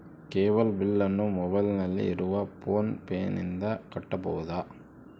Cable ಬಿಲ್ಲನ್ನು ಮೊಬೈಲಿನಲ್ಲಿ ಇರುವ ಫೋನ್ ಪೇನಿಂದ ಕಟ್ಟಬಹುದಾ?